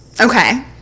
okay